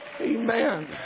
Amen